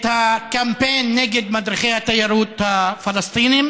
הקמפיין נגד מדריכי התיירות הפלסטינים